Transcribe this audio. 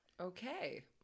Okay